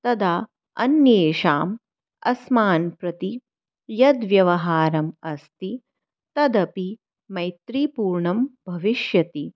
तदा अन्येषाम् अस्मान् प्रति यद् व्यवहारम् अस्ति तदपि मैत्रीपूर्णं भविष्यति